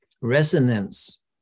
resonance